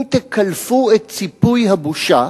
אם תקלפו את ציפוי הבושה,